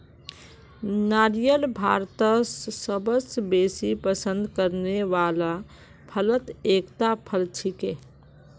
नारियल भारतत सबस बेसी पसंद करने वाला फलत एकता फल छिके